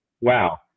wow